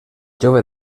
jove